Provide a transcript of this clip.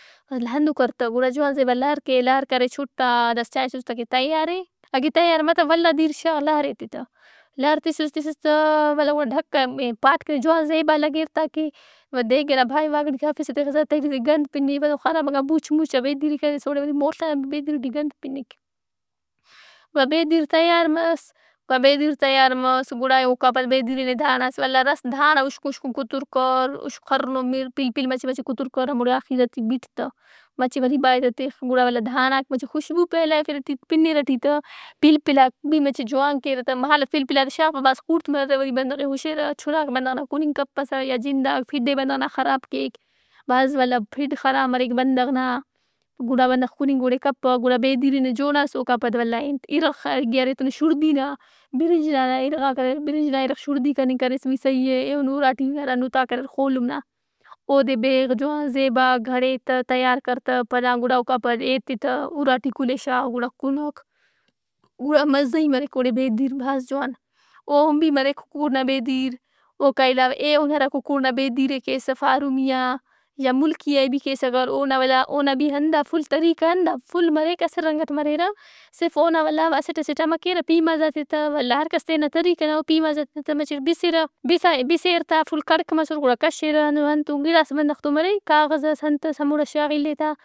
ولدا ہندن کر تہ۔ گُڑا جوان زیبا لہر کے۔ لہر کرے چُھٹا۔ داسا چائسُس تہ کہ تیار اے۔ اگہ تیار متو ولدا دیر شا لہر ایتہِ تہ۔ لہر تِسُس تِسُس تہ ولدا گُڑا ڈھکّہ پاٹ کہ جوان زیبا لگّر تاکہ دیگ ئنا بائے واکٹ کہ ارفِسہ تِخسہ تہٹی تہ گند پِنّہِ۔ مطلب خرابِنگا بُوچ مُوچ آ بیدیری کریس اوڑے وری موڷ آ بیدیر ئٹی گند پِنِّک۔ وا بیدیر تیار مس۔ گُڑا بیدیر تیار مس گڑا اوکا پد بیدیر ئے نے داھنڑاس۔ ولدا راست داھنڑا اُشکن اشکن کتر کر۔ اُش- خرن مِر- پلپل مچہ مچہ کتر کر ہموڑے آخیر ئٹی بِٹ تہ۔ مچہ وری بائے تہ تِخ، گُڑا ولدا داھنڑاک مچہ خوشبو پھیلائفِرہ پِنِّرہ ای ٹی تہ۔ پلپلاک بھی مچہ جوان کیرہ تہ۔ مہالو پلپلات ئے شاغپہ بھاز خوڑت مریرہ وری بندغ ئے ہشِرہ۔ چُناک بندغ نا کننگ کپسہ یا جنداک، پھِڈ ئے بندغ نا خراب کیک بھاز۔ ولدا پھڈ خراب مریک بندغ نا۔ گُڑا بندغ کُننگ اوڑے کپک گڑابیدیر ئے نی جوڑاس اوکا پد ولدا ئے انت اِرغ خہ-کہ ارے تینا شُڑدی نا، برنج نا اِرغاک اریر۔ برنج نا اِرغ شُڑدی کننگ کریس بھی صحیح اے۔ ایہن اُرا ٹی ہرا نُتاک اریر خولم نا اودے بیغ جوان زیبا گڑھے تہ تیار کر تہ۔ پدان گُڑا اوکا پد ایتہِ تہ اُرا ٹی کل ئے شاغ گُڑا کُنک۔ گُرا مزّہی مریک اوڑے بیدیربھاز جوان۔ اوہم بھی مریک ککڑ نا بیدیر۔ اوکا علاوہ ایہن ہرا ککڑ نا بیدیر ئے کیسہ فارمیئا یا ملکیئا ئے بھی کیسہ کر اونا ولدا اونا بھی ہندافل طریقہ ہندا فل مریک اسہ رنگ اٹ مریرہ۔ صرف اونا ولدا اسٹ اسٹ امہ کیرہ پیمازات ئے تہ ولدا ہر کس تینا طریقہ او۔ پیمازات ئے تا مچٹ بِسِرہ۔ بِسائے- بِسیر تا فل کڑک مسر گُڑا کشِرہ ہندن انت اوگِڑاس بندغ تون مرے کاغذ ئس انت ئس ہموڑا شاغہِ الّہِ تا۔